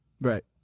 Right